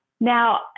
Now